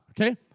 Okay